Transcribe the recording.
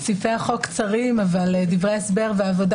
סעיפי החוק קצרים אבל דברי ההסבר והעבודה